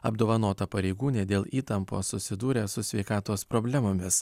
apdovanota pareigūnė dėl įtampos susidūrė su sveikatos problemomis